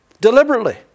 Deliberately